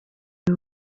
ubu